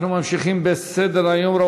אנחנו ממשיכים בסדר-היום.